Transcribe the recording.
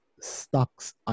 stocks